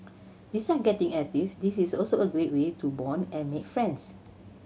beside getting active this is also a great way to bond and make friends